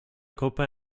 gruppe